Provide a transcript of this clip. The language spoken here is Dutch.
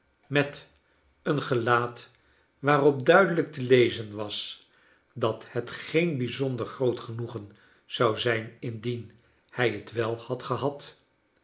met een gelaat waarop duidelijk te lezen was dat het geen bijzonder groot genoegen zou zijn indien hij het wel had gehad